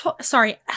sorry